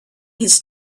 his